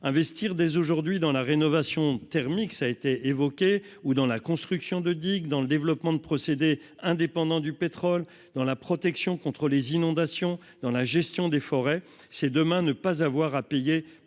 investir dès aujourd'hui dans la rénovation thermique, ça a été évoqué ou dans la construction de digues dans le développement de procédés indépendant du pétrole dans la protection contre les inondations dans la gestion des forêts, c'est demain, ne pas avoir à payer pour